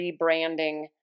rebranding